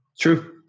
True